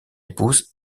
épouse